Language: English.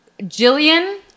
Jillian